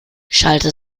schallte